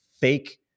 fake